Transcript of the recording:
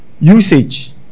usage